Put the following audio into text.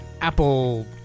apple